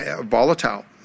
volatile